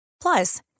Plus